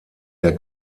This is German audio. der